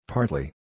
Partly